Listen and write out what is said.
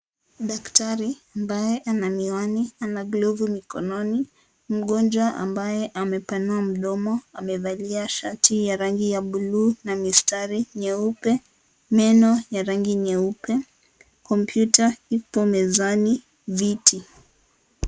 Daktari ambaye ana miwani na glovu mikononi, mgonjwa ambaye amepanua mdomo amevalia shati ya rangi ya bluu na mistari nyeupe, meno ya rangi nyeupe. Kompyuta ipo mezani. Viti.